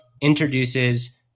introduces